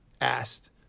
asked